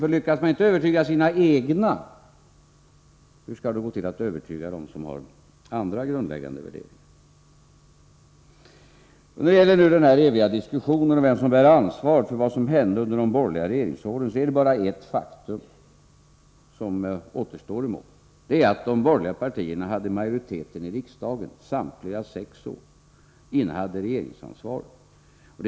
För om man inte lyckas övertyga sina egna, hur skall det då gå till att övertyga dem som har andra grundläggande värderingar? När det nu gäller den här eviga diskussionen om vem som bär ansvaret för vad som hände under de borgerliga regeringsåren är det bara ett faktum som återstår i målet: de borgerliga partierna hade majoriteten i riksdagen samtliga sex år. De innehade regeringsansvaret.